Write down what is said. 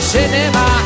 Cinema